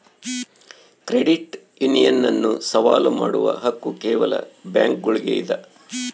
credit union ಅನ್ನು ಸವಾಲು ಮಾಡುವ ಹಕ್ಕು ಕೇವಲ ಬ್ಯಾಂಕುಗುಳ್ಗೆ ಇದ